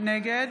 נגד